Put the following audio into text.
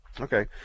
Okay